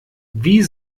wie